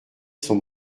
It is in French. son